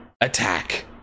attack